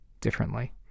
differently